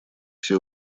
все